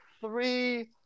three